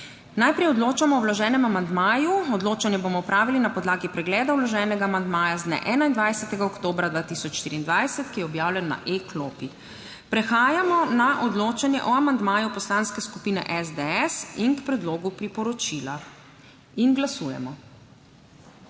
Najprej odločamo o vloženem amandmaju. Odločanje bomo opravili na podlagi pregleda vloženega amandmaja z dne 21. oktobra 2024, ki je objavljen na e-klopi. Prehajamo na odločanje o amandmaju Poslanske skupine SDS in k predlogu priporočila. Glasujemo.